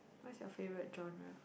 what's your favourite genre